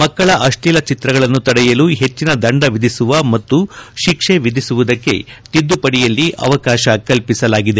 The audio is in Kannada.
ಮಕ್ಕಳ ಅಶ್ಲೀಲ ಚಿತ್ರಗಳನ್ನು ತಡೆಯಲು ಹೆಚ್ಚನ ದಂಡ ವಿಧಿಸುವ ಮತ್ತು ಶಿಕ್ಷೆ ವಿಧಿಸುವುದಕ್ಕೆ ತಿದ್ದುಪಡಿಯಲ್ಲಿ ಅವಕಾಶ ಕಲ್ಪಸಲಾಗಿದೆ